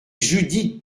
judith